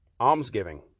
almsgiving